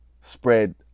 spread